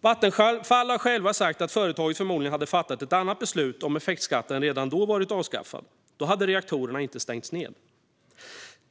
Vattenfall har själv sagt att företaget förmodligen hade fattat ett annat beslut om effektskatten redan då varit avskaffad. Då hade reaktorerna inte stängts.